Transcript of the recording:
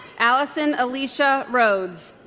alison alicia rhoads